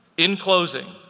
in closing,